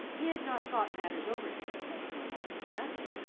he had not thought matters over to himself so long for nothing.